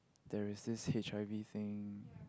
there is this H_I_V things